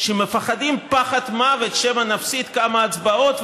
שמפחדים פחד מוות שמא נפסיד כמה הצבעות,